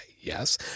Yes